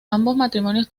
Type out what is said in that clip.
matrimonios